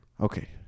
Okay